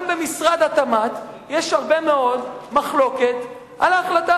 גם במשרד התמ"ת יש מחלוקת רבה מאוד על ההחלטה.